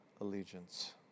allegiance